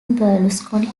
berlusconi